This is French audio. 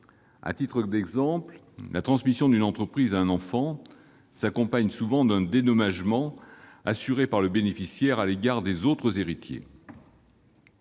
À titre d'exemple, la transmission d'une entreprise à un enfant s'accompagne souvent d'un dédommagement assuré par le bénéficiaire en faveur des autres héritiers